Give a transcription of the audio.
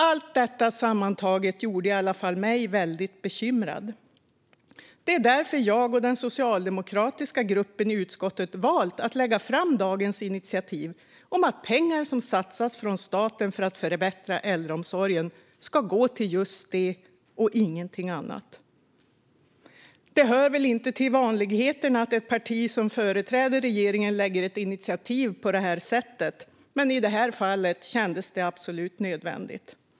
Allt detta sammantaget gjorde i alla fall mig väldigt bekymrad. Det är därför jag och den socialdemokratiska gruppen i utskottet har valt att lägga fram dagens initiativ om att pengar som satsas från staten för att förbättra äldreomsorgen ska gå till just det och ingenting annat. Det hör väl inte till vanligheterna att ett parti som företräder regeringen lägger fram ett initiativ på det här sättet, men i det här fallet kändes det absolut nödvändigt.